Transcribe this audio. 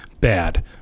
Bad